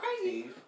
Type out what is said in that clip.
crazy